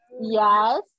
Yes